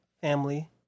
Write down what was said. family